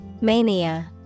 mania